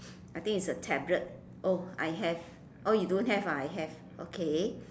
I think is a tablet oh I have oh you don't have I have okay